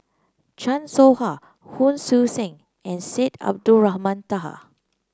Chan Soh Ha Hon Sui Sen and Syed Abdulrahman Taha